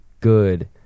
good